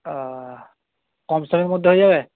আঃ কমসমের মধ্যে হয়ে যাবে